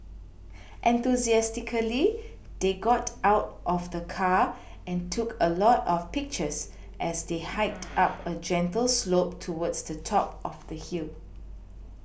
enthusiastically they got out of the car and took a lot of pictures as they hiked up a gentle slope towards the top of the hill